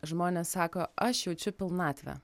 žmonės sako aš jaučiu pilnatvę